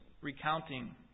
recounting